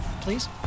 please